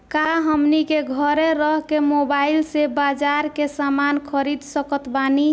का हमनी के घेरे रह के मोब्बाइल से बाजार के समान खरीद सकत बनी?